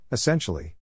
Essentially